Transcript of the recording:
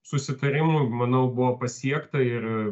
susitarimų manau buvo pasiekta ir